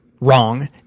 Wrong